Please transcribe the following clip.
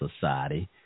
society